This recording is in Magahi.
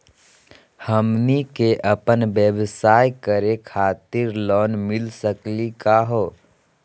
हमनी क अपन व्यवसाय करै खातिर लोन मिली सकली का हो?